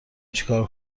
چیکار